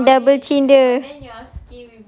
tapi double chin ada